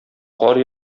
кар